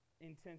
intense